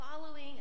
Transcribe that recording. following